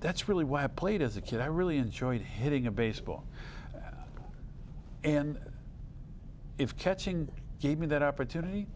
that's really why i played as a kid i really enjoyed hitting a baseball bat in if catching gave me that opportunity